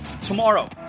tomorrow